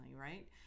Right